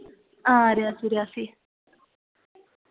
हां रियासी रियासी